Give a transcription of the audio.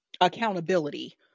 accountability